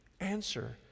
answer